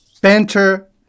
banter